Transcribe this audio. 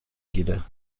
گیره